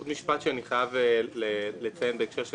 עוד משפט שאני חייב לציין בהקשר של